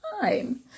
time